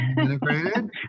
integrated